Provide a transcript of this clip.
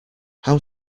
how